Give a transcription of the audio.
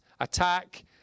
attack